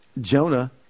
Jonah